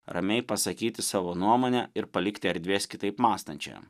ramiai pasakyti savo nuomonę ir palikti erdvės kitaip mąstančiajam